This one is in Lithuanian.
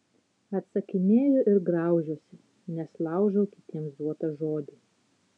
atsakinėju ir graužiuosi nes laužau kitiems duotą žodį